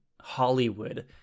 Hollywood